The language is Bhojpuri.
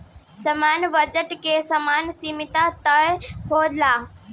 सामान्य ब्याज के समय सीमा तय होला